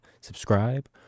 subscribe